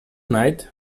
night